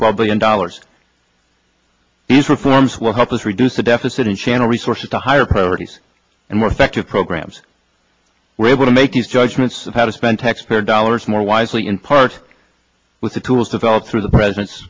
twelve billion dollars these reforms will help us reduce the deficit and channel resources to higher priorities and were effective programs were able to make these judgments of how to spend taxpayer dollars more wisely in part with the tools developed through the president's